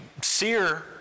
sear